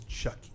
chucky